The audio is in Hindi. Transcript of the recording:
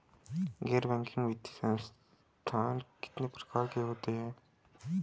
गैर बैंकिंग वित्तीय संस्थान कितने प्रकार के होते हैं?